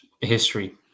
history